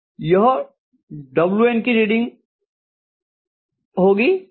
यह W1 की reading होगी